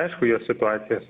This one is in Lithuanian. aišku jo situacijos